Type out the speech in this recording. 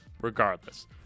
regardless